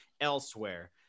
elsewhere